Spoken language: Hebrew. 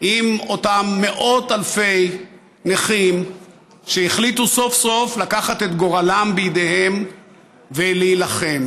אחרי מאות אלפי נכים שהחליטו סוף-סוף לקחת את גורלם בידיהם ולהילחם.